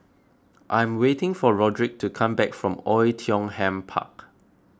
I'm waiting for Rodrick to come back from Oei Tiong Ham Park